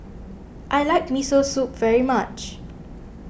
I like Miso Soup very much